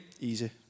Easy